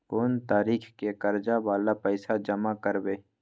कोन तारीख के कर्जा वाला पैसा जमा करबे?